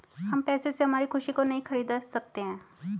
हम पैसे से हमारी खुशी को नहीं खरीदा सकते है